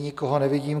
Nikoho nevidím.